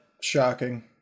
shocking